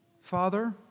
Father